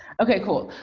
okay, cool.